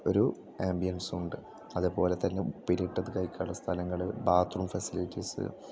ഒരു ആമ്പിയൻസുണ്ട് അതേ പോലെ തന്നെ ഉപ്പിലിട്ടത് കഴിക്കാനുള്ള സ്ഥലങ്ങൾ ബാത്രൂം ഫെസിലിറ്റീസ്